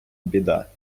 біда